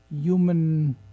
human